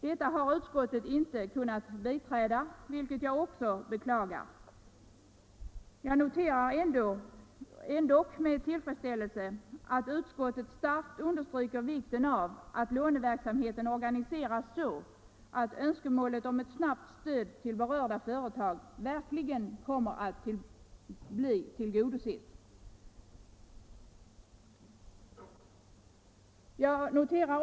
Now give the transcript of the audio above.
Detta har utskottet inte kunnat biträda, vilket jag beklagar. Jag noterar dock med tillfredsställelse att utskottet starkt understryker vikten av att låneverksamheten organiseras så att önskemålet om ett snabbt stöd till berörda företag verkligen kommer att bli tillgodosett.